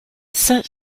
such